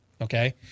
Okay